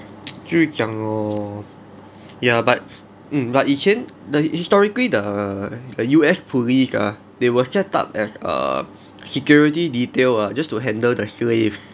就是讲 lor ya but mm but 以前 the historically the err U_S police ah they were set up as err security detail ah just to handle the slaves